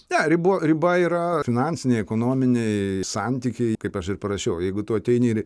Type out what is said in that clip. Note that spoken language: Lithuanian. ne ribo riba yra finansiniai ekonominiai santykiai kaip aš ir parašiau jeigu tu ateini